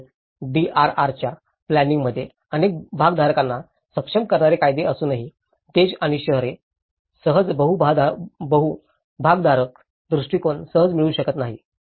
तसेच डीआरआरच्या प्लॅनिंइंगात अनेक भागधारकांना सक्षम करणारे कायदे असूनही देश आणि शहरे सहज बहु भागधारक दृष्टीकोन सहज मिळवू शकत नाहीत